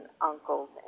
uncles